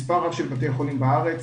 במספר רב של בתי חולים בארץ.